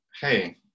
hey